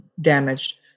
damaged